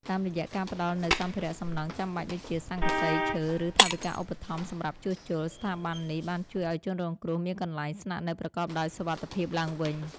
តាមរយៈការផ្ដល់នូវសម្ភារសំណង់ចាំបាច់ដូចជា ស័ង្កសី ឈើ ឬថវិកាឧបត្ថម្ភសម្រាប់ជួសជុល ស្ថាប័ននេះបានជួយឱ្យជនរងគ្រោះមានកន្លែងស្នាក់នៅប្រកបដោយសុវត្ថិភាពឡើងវិញ។